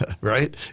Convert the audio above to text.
right